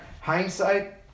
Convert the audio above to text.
hindsight